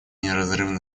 неразрывно